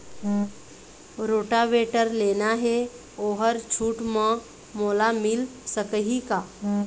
Rotavator लेना हे ओहर छूट म मोला मिल सकही का?